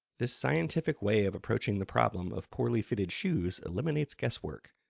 this scientific way of approaching the problem of poorly-fitted shoes eliminates guesswork.